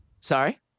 Sorry